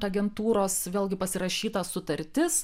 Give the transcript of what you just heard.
agentūros vėlgi pasirašyta sutartis